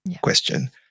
question